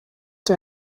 der